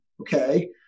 okay